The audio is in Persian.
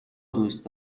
دوست